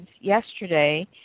yesterday